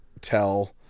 tell